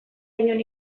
inon